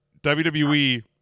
WWE